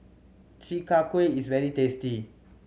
Chi Kak Kuih is very tasty